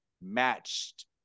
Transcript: matched